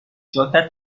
ژاکت